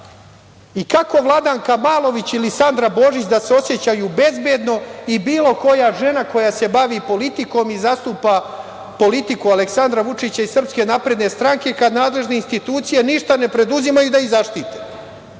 I kako Vladanka Malović ili Sandra Božić da se osećaju bezbedno i bilo koja žena koja se bavi politikom i zastupa politiku Aleksandra Vučića i SNS kada nadležne institucije ništa ne preduzimaju da ih zaštite.